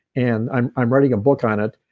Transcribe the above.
and i'm i'm writing a book on it.